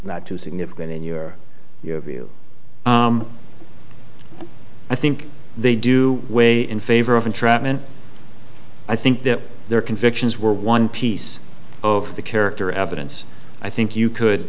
not too significant in your view i think they do way in favor of entrapment i think that their convictions were one piece of the character evidence i think you could